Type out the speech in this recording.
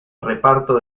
reparto